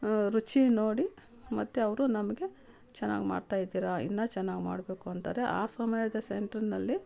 ರುಚಿ ನೋಡಿ ಮತ್ತು ಅವರು ನಮಗೆ ಚೆನ್ನಾಗಿ ಮಾಡ್ತಾಯಿದ್ದೀರಿ ಇನ್ನೂ ಚೆನ್ನಾಗಿ ಮಾಡಬೇಕು ಅಂತಾರೆ ಆ ಸಮಯದ ಸೆಂಟ್ರ್ನಲ್ಲಿ